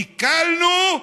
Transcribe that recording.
הקלנו,